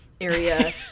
area